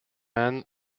man